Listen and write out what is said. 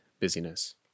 busyness